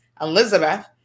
Elizabeth